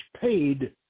paid